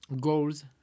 goals